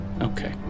Okay